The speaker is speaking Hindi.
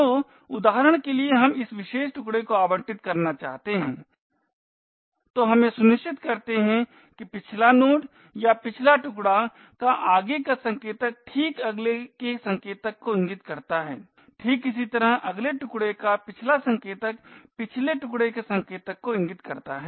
तो उदाहरण के लिए हम इस विशेष टुकड़े को आवंटित करना चाहते हैं तो हम यह सुनिश्चित करते हैं कि पिछला नोड या पिछला टुकड़ा का आगे का संकेतक ठीक अगले आगे के संकेतक को इंगित करता है ठीक इसी तरह अगले टुकडे का पिछला संकेतक पिछले टुकडे के संकेतक को इंगित करता है